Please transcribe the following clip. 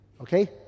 Okay